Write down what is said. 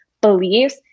beliefs